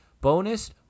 Bonus